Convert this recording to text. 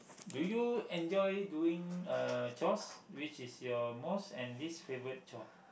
do you enjoy doing uh chores which is your most and least favourite chore